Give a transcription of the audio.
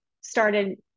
started